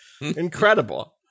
Incredible